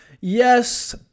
Yes